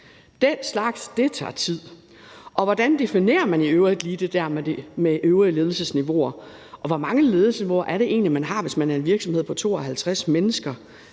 Den slags tager tid. Og hvordan definerer man i øvrigt lige det der med øvrige ledelsesniveauer, og hvor mange ledelsesniveauer er det egentlig, man har, hvis man er en virksomhed på 52 mennesker?